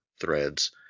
threads